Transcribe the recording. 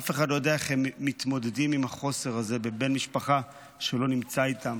אף אחד לא יודע איך הם מתמודדים עם החוסר הזה בבן משפחה שלא נמצא איתם,